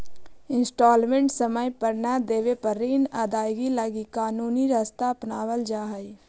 instalment समय पर न देवे पर ऋण अदायगी लगी कानूनी रास्ता अपनावल जा हई